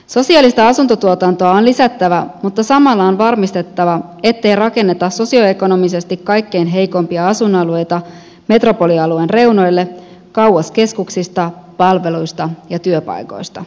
sosiaalista asuntotuotantoa on lisättävä mutta samalla on varmistettava ettei rakennetta sosioekonomisesti kaikkein heikoimpia asuinalueita metropolialueen reunoille kauas keskuksista palveluista ja työpaikoista